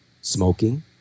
smoking